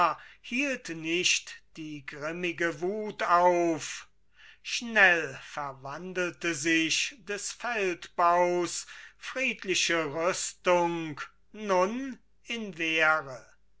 hielt nicht die grimmige wut auf schnell verwandelte sich des feldbaus friedliche rüstung nun in wehre